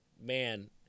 man